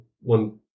One